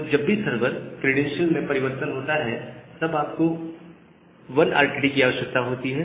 तो जब भी सर्वर क्रैडेंशियल्स में परिवर्तन होता है तब आपको 1 RTT की आवश्यकता होती है